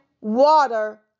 water